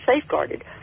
safeguarded